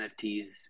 NFTs